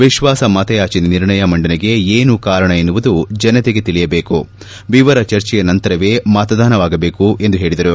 ವಿತ್ವಾಸಮತಯಾಚನೆ ನಿರ್ಣಯ ಮಂಡನೆಗೆ ಏನು ಕಾರಣ ಎನ್ನುವುದು ಜನತೆಗೆ ತಿಳಿಯಬೇಕು ವಿವರ ಚರ್ಚೆಯ ನಂತರವೇ ಮತದಾನವಾಗಬೇಕು ಎಂದು ಹೇಳಿದರು